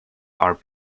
are